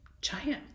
giant